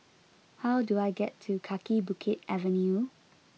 how do I get to Kaki Bukit Avenue